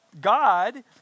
God